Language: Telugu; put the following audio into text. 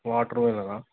వాటర్మిలనా